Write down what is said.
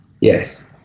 Yes